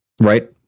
right